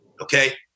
Okay